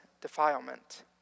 defilement